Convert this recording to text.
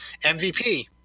MVP